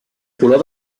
color